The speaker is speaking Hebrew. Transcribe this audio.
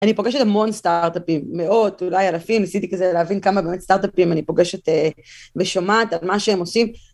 אני פוגשת המון סטארט-אפים, מאות, אולי אלפים, ניסיתי כזה להבין כמה באמת סטארט-אפים אני פוגשת ושומעת על מה שהם עושים.